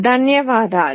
ధన్యవాదాలు